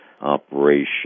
operation